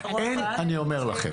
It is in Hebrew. אני אומר לכם,